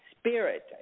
spirit